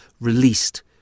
released